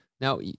Now